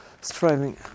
striving